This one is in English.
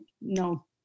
no